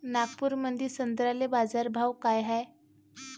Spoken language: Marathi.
नागपुरामंदी संत्र्याले बाजारभाव काय हाय?